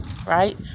Right